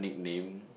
nickname